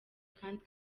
kandi